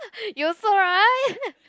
you also right